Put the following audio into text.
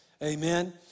Amen